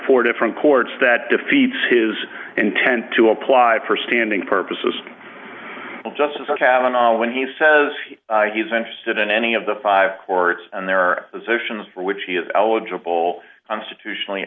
four different courts that defeats his intent to apply for standing purposes just as cavanagh when he says he's interested in any of the five courts and there are positions for which he is eligible constitutionally